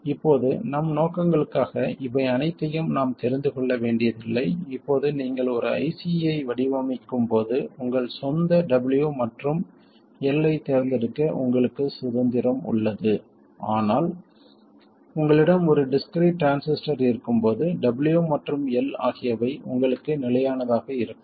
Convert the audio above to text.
இப்போது நம் நோக்கங்களுக்காக இவை அனைத்தையும் நாம் தெரிந்து கொள்ள வேண்டியதில்லை இப்போது நீங்கள் ஒரு IC ஐ வடிவமைக்கும்போது உங்கள் சொந்த W மற்றும் L ஐத் தேர்ந்தெடுக்க உங்களுக்கு சுதந்திரம் உள்ளது ஆனால் உங்களிடம் ஒரு டிஸ்க்ரீட் டிரான்சிஸ்டர் இருக்கும்போது W மற்றும் L ஆகியவை உங்களுக்கு நிலையானதாக இருக்கும்